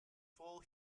full